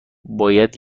باید